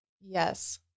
yes